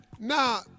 Now